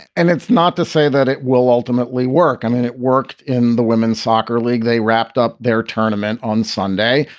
and it's not to say that it will ultimately work. i mean, it worked in the women's soccer league. they wrapped up their tournament on sunday.